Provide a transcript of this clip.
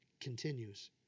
continues